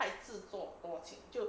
太自作多情就